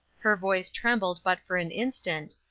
her voice trembled but for an instant,